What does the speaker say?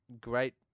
great